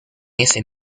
ese